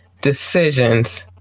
decisions